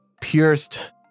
pierced